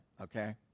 okay